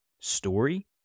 story